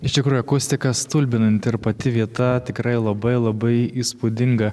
iš tikrųjų akustika stulbinanti ir pati vieta tikrai labai labai įspūdinga